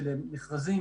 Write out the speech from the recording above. של מכרזים,